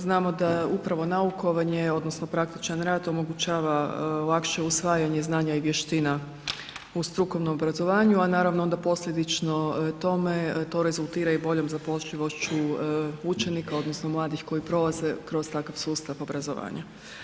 Znamo da upravo naukovanje odnosno praktičan rad omogućava lakše usvajanje znanja i vještina u strukovnom obrazovanju, a naravno onda posljedično tome to rezultira i boljom zapošljivošću učenika odnosno mladih koji prolaze kroz takav sustav obrazovanja.